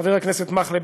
חבר הכנסת מכלב,